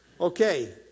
Okay